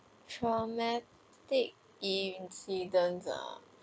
traumatic incidence ah